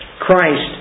Christ